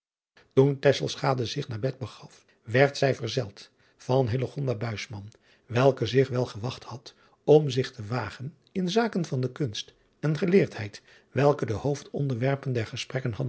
oen zich naar bed begaf werd zij verzeld van welke zich wel gewacht had om zich te wagen in zaken van de kunst en geleerdheid welke de hoofdonderwerpen der gesprekken